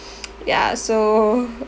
yeah so